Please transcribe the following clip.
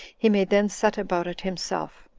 he may then set about it himself.